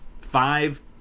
five